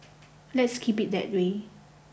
let's keep it that way